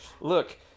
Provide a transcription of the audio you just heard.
look